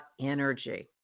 energy